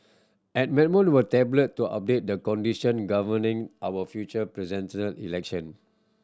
amendment were tabled to update the condition governing our future Presidential Election